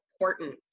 important